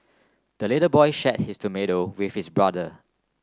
the little boy shared his tomato with his brother